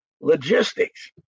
logistics